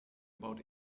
about